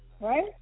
Right